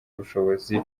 bushobozi